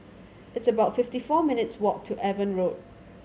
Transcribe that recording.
it's about fifty four minutes' walk to Avon Road